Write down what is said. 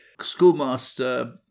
schoolmaster